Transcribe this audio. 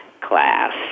class